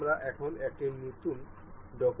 আমরা এখন একটি নতুন ডকুমেন্ট খুলব